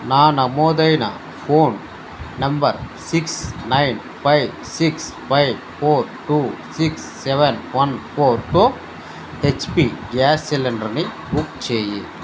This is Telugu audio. నా నమోదైన phone number six nine five six five four two six seven one ఫోర్తో హెచ్పి గ్యాస్ సిలిండర్ని బుక్ చేయి